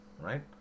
right